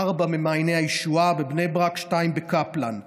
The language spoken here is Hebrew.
ארבע במעייני הישועה בבני ברק ושתיים בקפלן.